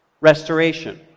restoration